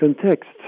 context